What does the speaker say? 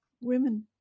Women